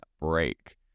break